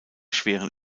schweren